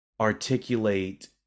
articulate